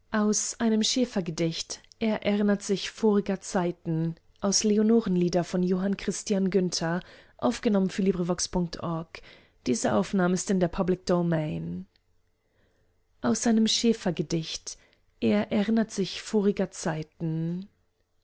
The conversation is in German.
aus einem schäfer er erinnert sich voriger zeiten